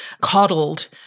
coddled